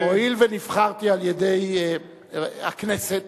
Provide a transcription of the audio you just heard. הואיל ונבחרתי על-ידי הכנסת